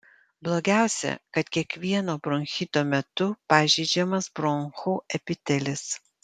blogiausia kad kiekvieno bronchito metu pažeidžiamas bronchų epitelis